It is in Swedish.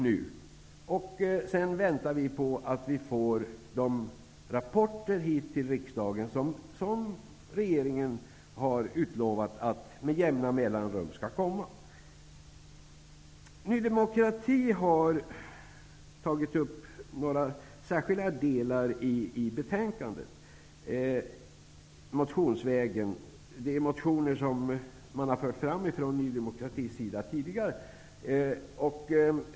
Vi väntar på att få rapporter till riksdagen. Regeringen har utlovat att det skall komma rapporter med jämna mellanrum. Ny demokrati har fört fram vissa frågor som anknyter till betänkandet i motioner.